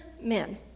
men